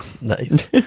Nice